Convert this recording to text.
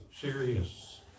serious